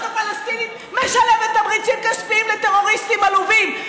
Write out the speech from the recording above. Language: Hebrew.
הפלסטינית משלמת תמריצים כספיים לטרוריסטים עלובים.